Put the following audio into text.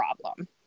problem